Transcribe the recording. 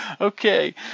Okay